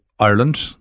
Ireland